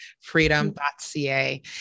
freedom.ca